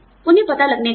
उन्हें पता लगने दीजिए